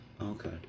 Okay